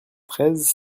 treize